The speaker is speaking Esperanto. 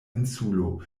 insulo